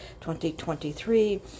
2023